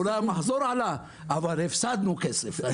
אולי המחזור עלה אבל הפסדנו כסף.